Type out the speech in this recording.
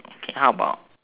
okay how about